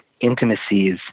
intimacies